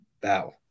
Bow